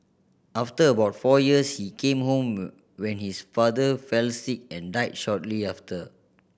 after about four years he came home when his father fell sick and died shortly after